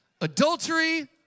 Adultery